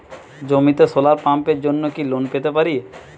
জমিতে সোলার পাম্পের জন্য কি লোন পেতে পারি?